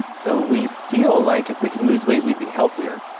so we feel like if we can lose weight we'd be healthier.